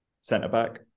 Centre-back